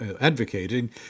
advocating